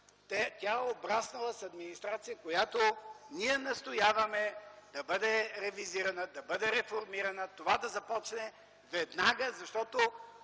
Тя е обраснала с администрация, която ние настояваме да бъде ревизирана, да бъде реформирана и това да започне веднага, защото